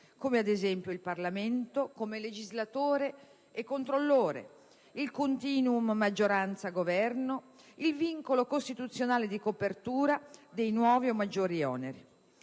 come, ad esempio, il Parlamento come legislatore e controllore, il *continuum* maggioranza-Governo, il vincolo costituzionale di copertura dei nuovi o maggiori oneri.